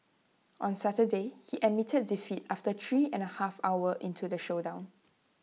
on Saturday he admitted defeat after three and A half hour into the showdown